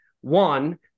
One